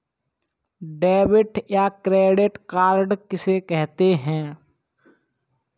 Debit या credit card किसे कहते हैं?